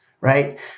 right